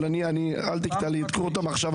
אבל אל תקטע לי את חוט המחשבה.